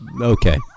Okay